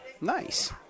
Nice